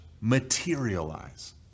materialize